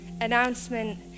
announcement